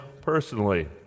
personally